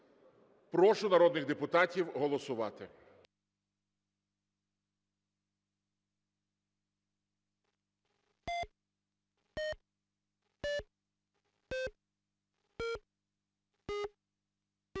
Прошу народних депутатів голосувати.